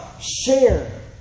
Share